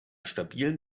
stabilen